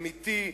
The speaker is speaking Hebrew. אמיתי,